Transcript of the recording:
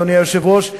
אדוני היושב-ראש,